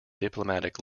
diplomatic